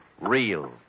real